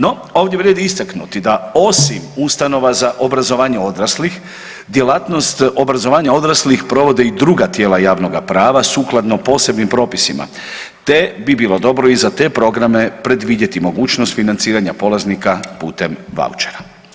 No, ovdje vrijedi istaknuti da osim ustanova za obrazovanje odraslih, djelatnost obrazovanja odraslih provode i druga tijela javnoga prava sukladno posebnim propisima, te bi bilo dobro i za te programe predvidjeti mogućnost financiranja polaznika putem vaučera.